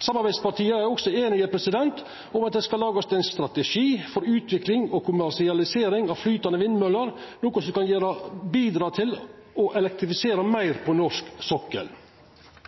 Samarbeidspartia er også einige om at det skal lagast ein strategi for utvikling og kommersialisering av flytande vindmøller, noko som kan bidra til å elektrifisera meir på norsk sokkel.